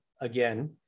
again